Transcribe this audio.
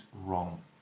wrong